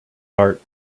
heart